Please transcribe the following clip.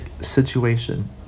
situation